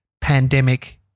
pandemic